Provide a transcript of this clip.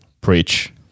Preach